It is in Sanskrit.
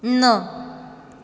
न